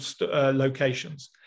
locations